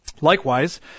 Likewise